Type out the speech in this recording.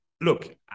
look